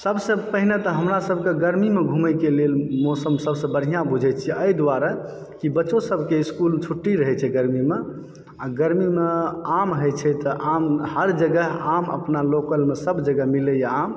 सबसे पहिने तऽ हमरासभके गरमी मे घुमय के लेल मौसम सबसे बढ़िऑं बुझै छियै एहि दुआरे कि बच्चो सबके इसकुल छुट्टी रहै छै गरमी मे आ गरमी मे आम होइ छै तऽ आम हरजगह अपना लोकलमे सब जगह मिलैया आम